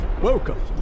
Welcome